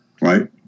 right